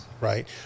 right